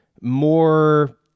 more